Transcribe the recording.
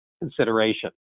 consideration